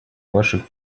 ваших